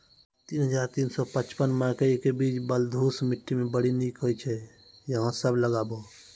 तीन हज़ार तीन सौ पचपन मकई के बीज बलधुस मिट्टी मे बड़ी निक होई छै अहाँ सब लगाबु?